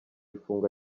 ifungwa